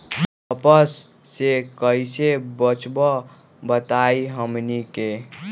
कपस से कईसे बचब बताई हमनी के?